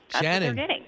Shannon